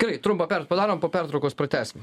gerai trumpą padarom po pertraukos pratęsim